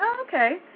Okay